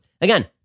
Again